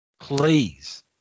Please